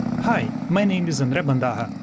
hi. my name is andre bandarra.